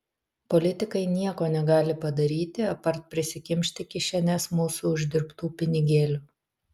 politikai nieko negali padaryti apart prisikimšti kišenes mūsų uždirbtų pinigėlių